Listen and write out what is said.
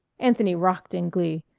anthony rocked in glee.